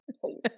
please